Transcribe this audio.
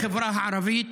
בחברה הערבית,